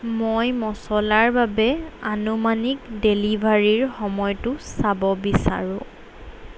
মই মচলাৰ বাবে আনুমানিক ডেলিভাৰীৰ সময়টো চাব বিচাৰোঁ